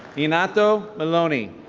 inato maloney.